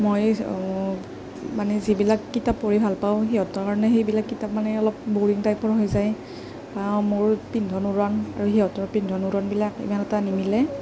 মই মানে যিবিলাক কিতাপ পঢ়ি ভাল পাওঁ সিহঁতৰ কাৰণে সেইবিলাক কিতাপ মানে অলপ বৰিং টাইপৰ হৈ যায় মোৰ পিন্ধন উৰণ আৰু সিহঁতৰ পিন্ধণ উৰণবিলাক ইমান এটা নিমিলে